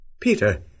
Peter